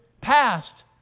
Passed